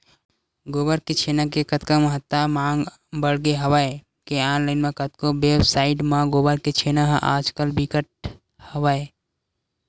गोबर के छेना के अतका महत्ता अउ मांग बड़गे हवय के ऑनलाइन म कतको वेबसाइड म गोबर के छेना ह आज कल बिकत हवय